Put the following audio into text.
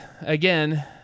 again